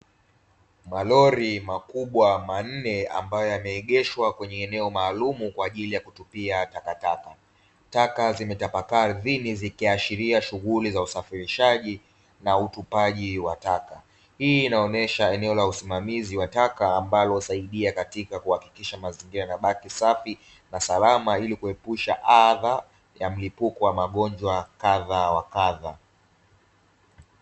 Malori makubwa manne ambayo yameegeshwa kwenye eneo maalumu kwaajili ya kutupia takataka taka zimetapakaa ardhini zikiashiria shughuli za usafirishaji na utupaji wa taka, hii inaonyesha eneo la usimamizi wa taka ambalo husaidia katika kuhakikisha mazingira yanabaki safi na salama ili kuepusha adha ya mlipuko wa magonjwa kadha wa kadha.